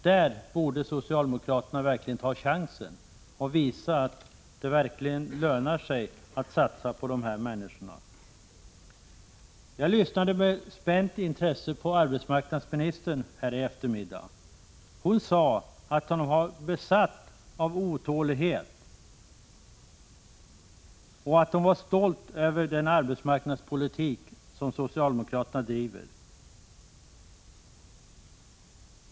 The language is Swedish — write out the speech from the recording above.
Där borde socialdemokraterna verkligen ta chansen och visa att det lönar sig att satsa på dessa människor. Jag lyssnade med spänt intresse på arbetsmarknadsministern i eftermiddags. Hon sade då att hon var besatt av otålighet och att hon var stolt över den arbetsmarknadspolitik som socialdemokraterna driver.